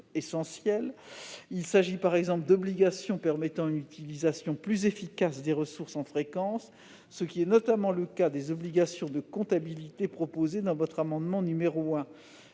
Il s'agit par exemple d'obligations permettant une utilisation plus efficace des ressources en fréquence, ce qui est notamment le cas des obligations de compatibilité proposées à l'amendement n° 1